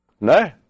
No